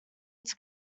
its